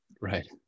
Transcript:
right